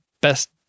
Best